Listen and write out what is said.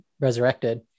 resurrected